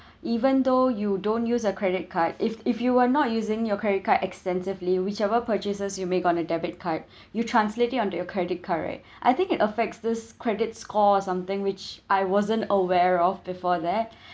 even though you don't use a credit card if if you are not using your credit card extensively whichever purchases you make on a debit card you translate it on to your credit card right I think it affects this credit score or something which I wasn't aware of before that